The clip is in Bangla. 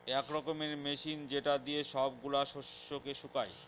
এক রকমের মেশিন যেটা দিয়ে সব গুলা শস্যকে শুকায়